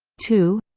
two